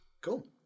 Cool